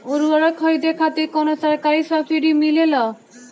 उर्वरक खरीदे खातिर कउनो सरकारी सब्सीडी मिलेल?